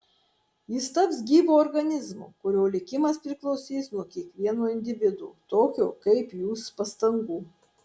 jis taps gyvu organizmu kurio likimas priklausys nuo kiekvieno individo tokio kaip jūs pastangų